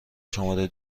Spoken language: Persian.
شماره